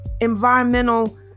environmental